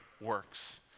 works